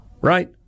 right